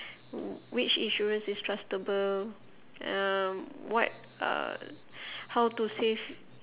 which insurance is trustable um what uh how to save